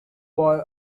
boy